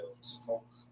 smoke